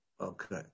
Okay